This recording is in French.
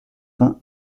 vingt